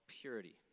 purity